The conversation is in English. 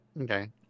okay